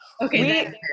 Okay